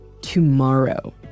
tomorrow